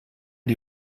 die